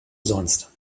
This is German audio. sonst